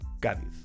Cádiz